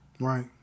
right